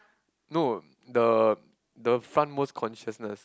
no the the front most consciousness